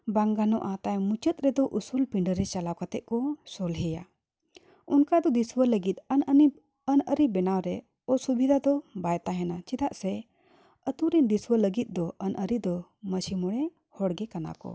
ᱵᱟᱝ ᱜᱟᱱᱚᱜᱼᱟ ᱛᱟᱭᱚᱢ ᱢᱩᱪᱟᱹᱫ ᱨᱮᱫᱚ ᱩᱥᱩᱞ ᱯᱤᱸᱰᱟᱹ ᱨᱮ ᱪᱟᱞᱟᱣ ᱠᱟᱛᱮᱫ ᱠᱚ ᱥᱚᱞᱦᱮᱭᱟ ᱚᱱᱠᱟ ᱫᱚ ᱫᱤᱥᱩᱣᱟᱹ ᱞᱟᱹᱜᱤᱫ ᱟᱹᱱ ᱟᱹᱱᱤ ᱟᱹᱱ ᱟᱹᱨᱤ ᱵᱮᱱᱟᱣ ᱨᱮ ᱚᱥᱩᱵᱤᱫᱷᱟ ᱫᱚ ᱵᱟᱭ ᱛᱟᱦᱮᱱᱟ ᱪᱮᱫᱟᱜ ᱥᱮ ᱟᱛᱳ ᱨᱮᱱ ᱫᱤᱥᱟᱹᱣᱟᱹ ᱞᱟᱹᱜᱤᱫ ᱫᱚ ᱟᱹᱱ ᱟᱹᱨᱤ ᱫᱚ ᱢᱟᱺᱡᱷᱤ ᱢᱚᱬᱮ ᱦᱚᱲ ᱜᱮ ᱠᱟᱱᱟ ᱠᱚ